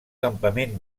campament